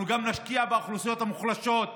אנחנו גם נשקיע באוכלוסיות המוחלשות,